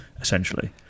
essentially